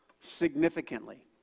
significantly